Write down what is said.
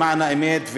למען האמת,